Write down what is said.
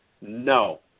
No